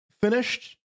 finished